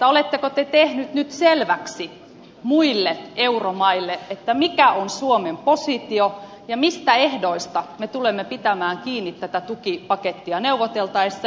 oletteko te tehnyt nyt selväksi muille euromaille mikä on suomen positio ja mistä ehdoista me tulemme pitämään kiinni tätä tukipakettia neuvoteltaessa